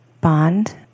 bond